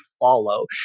follow